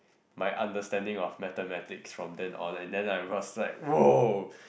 my understanding of mathematics from then on and then I was like !wow!